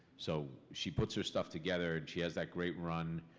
so she puts her stuff together, and she has that great run.